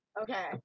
Okay